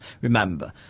remember